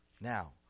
Now